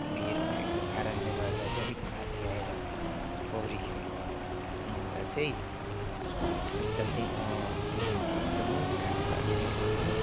भिर भएको कारणले गर्दा चाहिँ अलिक माथि आएर पौडी खेल्नु हुँदा चाहिँ एकदमै त्यो दिन चाहिँ एकदमै घाम लागिरहेको थियो